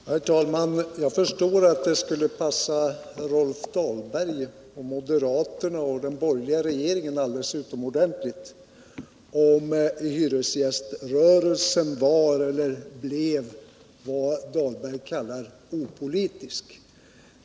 Herr talman! Jag förstår att det skulle passa Rolf Dahlberg, moderaterna och den borgerliga regeringen alldeles utomordentligt om hyresgäströrelsen blev vad Rolf Dahlberg kallar opolitisk.